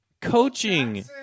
Coaching